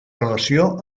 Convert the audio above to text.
relació